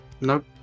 Nope